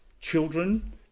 Children